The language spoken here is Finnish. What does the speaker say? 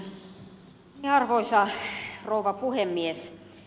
arvoisa rouva puhemies